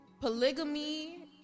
polygamy